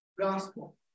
gospel